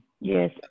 Yes